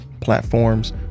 platforms